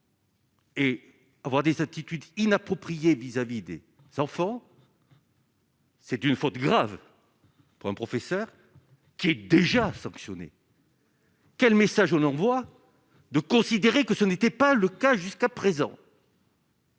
Et avoir des attitudes inappropriées vis-à-vis des enfants. C'est une faute grave pour un professeur qui est déjà sanctionné. Quel message on envoie de considérer que ce n'était pas le cas jusqu'à présent.